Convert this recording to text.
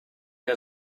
que